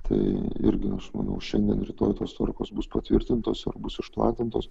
tai irgi manau šiandien rytoj tos tvarkos bus patvirtintos ir bus išplatintos